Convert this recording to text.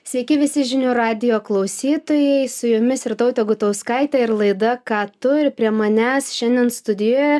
sveiki visi žinių radijo klausytojai su jumis jurtautė gutauskaitė ir laida ką tu ir prie manęs šiandien studijoje